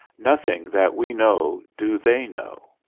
nothing that we know do they know.